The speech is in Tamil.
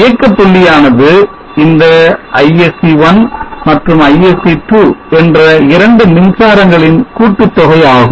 இயக்க புள்ளி யானது இந்த ISC1 மற்றும் ISC2 என்ற 2 மின்சாரங்களின் கூட்டுத்தொகை ஆகும்